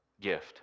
gift